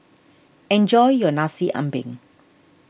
enjoy your Nasi Ambeng